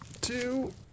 Two